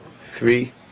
Three